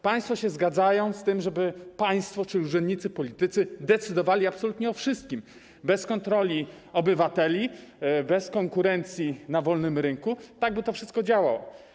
Państwo się zgadzają z tym, żeby państwo, czyli urzędnicy, politycy, decydowało absolutnie o wszystkim, bez kontroli obywateli, bez konkurencji na wolnym rynku, aby to wszystko działało.